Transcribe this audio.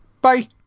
Bye